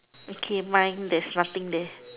okay mine there's nothing there